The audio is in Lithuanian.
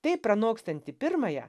taip pranokstanti pirmąją